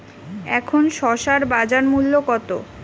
এখন শসার বাজার মূল্য কত?